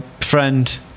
Friend